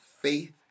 faith